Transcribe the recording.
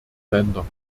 länder